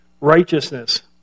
righteousness